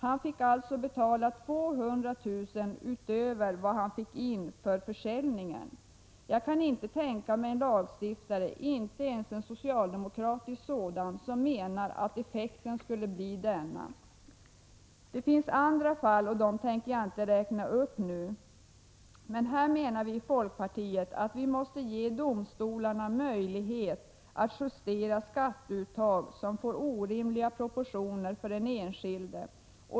Han fick alltså betala 200 000 utöver vad han fick in för försäljningen. Jag kan inte tänka mig en lagstiftare, inte ens en socialdemokratisk sådan som menar att effekten skulle bli denna. Det finns andra fall, och dem tänker jag inte räkna upp nu. Vi menar i folkpartiet att domstolarna måste ges möjlighet att justera skatteuttag som får orimliga proportioner för den enskilde.